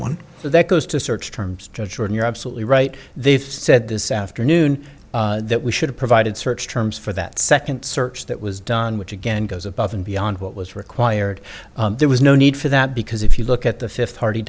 one that goes to search terms to jordan you're absolutely right they've said this afternoon that we should have provided search terms for that second search that was done which again goes above and beyond what was required there was no need for that because if you look at the